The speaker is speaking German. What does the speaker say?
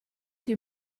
die